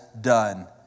done